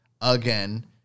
again